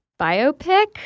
biopic